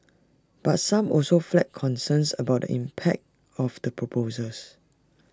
but some also flagged concerns about the impact of the proposals